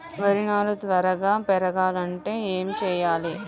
వరి నారు త్వరగా పెరగాలంటే ఏమి చెయ్యాలి?